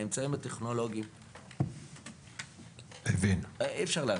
האמצעים הטכנולוגיים, אי אפשר להרחיב,